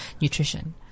nutrition